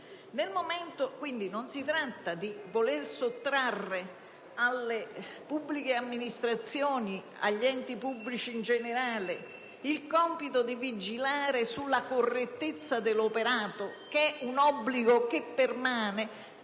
non si tratta di voler sottrarre alle pubbliche amministrazioni, agli enti pubblici in generale, il compito di vigilare sulla correttezza dell'operato, che è un obbligo che permane